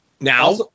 Now